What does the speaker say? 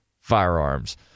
firearms